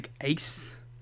ace